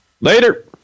later